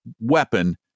weapon